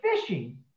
fishing